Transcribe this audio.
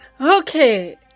Okay